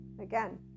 again